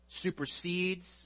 supersedes